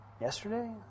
yesterday